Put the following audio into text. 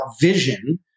vision